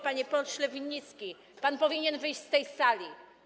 Panie pośle Winnicki, pan powinien wyjść z tej sali.